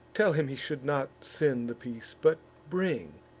tell him he should not send the peace, but bring.